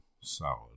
salad